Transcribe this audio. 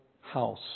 house